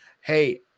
Hey